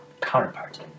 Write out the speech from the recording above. counterpart